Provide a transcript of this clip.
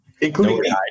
Including